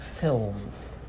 films